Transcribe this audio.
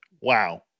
wow